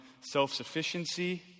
self-sufficiency